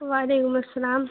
وعلیکم السلام